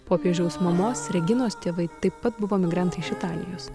popiežiaus mamos reginos tėvai taip pat buvo migrantai iš italijos